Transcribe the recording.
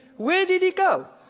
where did he go?